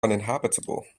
uninhabitable